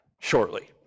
shortly